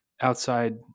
outside